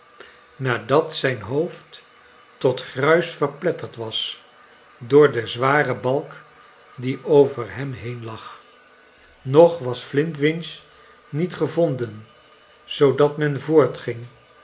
nadat j was gruis verpletterd was door den zwaren balk die over hem heen lg zw are nog was flintwinch niet g t den zoodat men